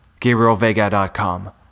GabrielVega.com